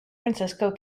francisco